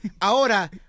Ahora